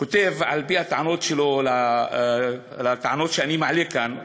כותב, על-פי הטענות שאני מעלה כאן: